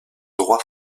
droit